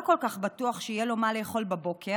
לא כל כך בטוח שיהיה לו מה לאכול בבוקר,